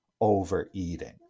overeating